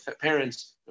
parents